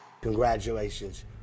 Congratulations